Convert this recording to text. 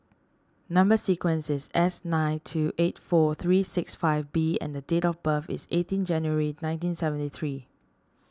Number Sequence is S nine two eight four three six five B and the date of birth is eighteen January nineteen seventy three